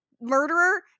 murderer